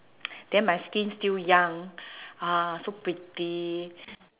then my skin still young ah so pretty